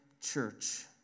church